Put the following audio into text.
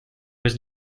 was